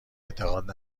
اعتقاد